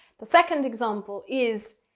the second example is,